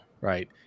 right